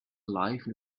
life